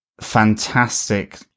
fantastic